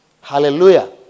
Hallelujah